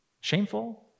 Shameful